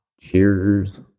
Cheers